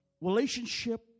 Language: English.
relationship